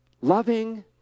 Loving